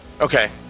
Okay